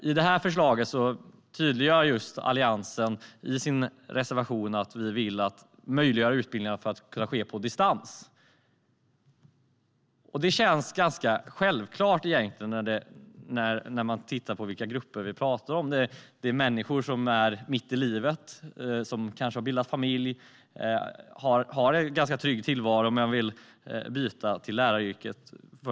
I det här förslaget tydliggör vi i Alliansen i vår reservation att vi vill möjliggöra att utbildningar sker på distans. Det känns ganska självklart med tanke på vilka grupper vi talar om. Det är människor med forskarexamen som är mitt i livet, som kanske har bildat familj och som har en ganska trygg tillvaro men vill byta till läraryrket.